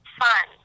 fun